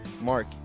Mark